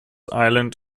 island